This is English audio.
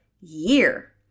year